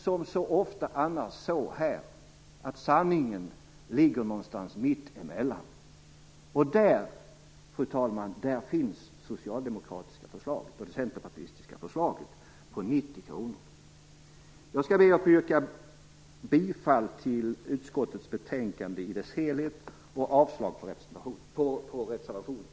Som så ofta annars ligger sanningen i det här fallet någonstans mittemellan, och där, fru talman, där finns det socialdemokratiska och centerpartistiska förslaget på Jag skall be att få yrka bifall till utskottets hemställan på samtliga punkter och avslag på reservationerna.